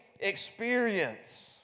experience